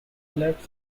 left